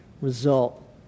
result